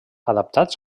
adaptats